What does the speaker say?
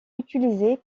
utilisées